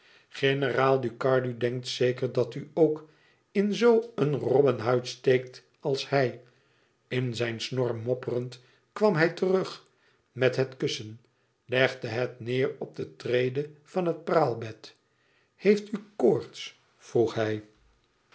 generaal ducardi denkt zeker dat u ook in zoo een robbenhuid steekt als hij in zijn snor mopperend kwam hij terug met het kussen legde het neêr op de trede van het praalbed heeft u koorts vroeg hij